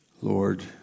Lord